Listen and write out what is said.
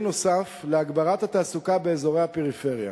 נוסף להגברת התעסוקה באזורי הפריפריה.